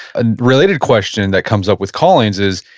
and related question that comes up with callings is,